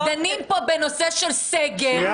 דנים פה בנושא של סגר,